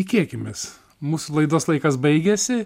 tikėkimės mūsų laidos laikas baigėsi